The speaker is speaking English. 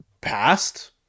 passed